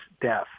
death